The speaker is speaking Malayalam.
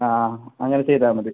ആ അങ്ങനെ ചെയ്താൽ മതി